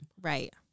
Right